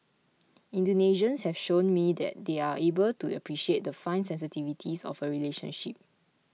Indonesians have shown me that they are able to appreciate the fine sensitivities of a relationship